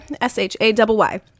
s-h-a-double-y